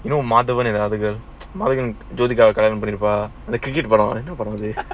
u know Madhavan and the other girl மாதவன்ஜோதிகாகல்யாணம்பண்ணிருப்பானேஅந்த:maathavan jothika kalyanam panniruppane antha cricket படம்:padam